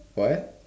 what